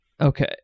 Okay